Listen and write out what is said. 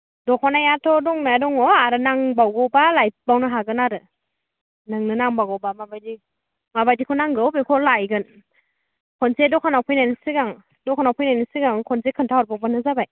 दखनायाथ' दंनाया दङ आरो नांबावगौबा लायबावनो हागोन आरो नोंनो नांबावगौ बा माबायदि माबायदिखौ नांगौ बेखौ लायगोन खनसे दखानाव फैनायनि सिगां दखानाव फैनायनि सिगां खनसे खोन्थाहरबावबानो जाबाय